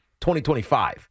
2025